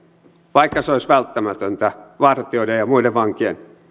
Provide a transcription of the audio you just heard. vaikka se olisi välttämätöntä vartijoiden ja muiden vankien